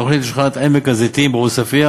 תוכנית לשכונת עמק-הזיתים בעוספיא,